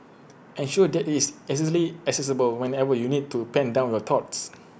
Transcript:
ensure that IT is accessible whenever you need to pen down your thoughts